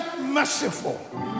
merciful